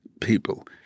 people